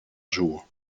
jour